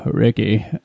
Ricky